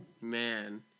man